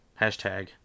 Hashtag